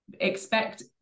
expect